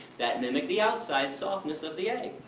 that mimicked the outside softness of the egg.